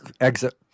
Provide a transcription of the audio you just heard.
exit